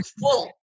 full